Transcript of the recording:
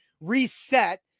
Reset